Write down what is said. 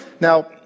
Now